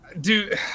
dude